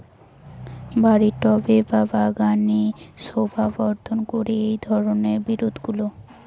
বাড়ির টবে বা বাগানের শোভাবর্ধন করে এই ধরণের বিরুৎগুলো